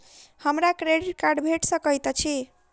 हमरा credit card भेट सकैत अछि?